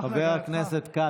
חבר הכנסת כץ,